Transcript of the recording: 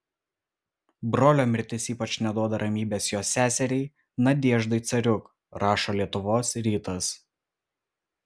brolio mirtis ypač neduoda ramybės jo seseriai nadeždai cariuk rašo lietuvos rytas